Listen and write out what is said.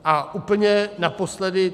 A úplně naposledy.